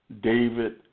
David